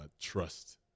trust